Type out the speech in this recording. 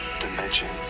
dimension